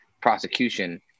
prosecution